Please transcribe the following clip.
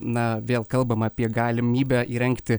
na vėl kalbama apie galimybę įrengti